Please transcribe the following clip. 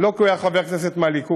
לא כי הוא היה חבר כנסת מהליכוד,